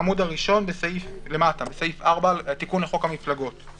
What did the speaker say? בגלל שרשם המפלגות לא נמצא פה,